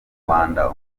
rwanda